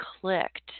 clicked